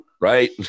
Right